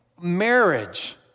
marriage